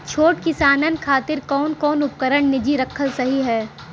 छोट किसानन खातिन कवन कवन उपकरण निजी रखल सही ह?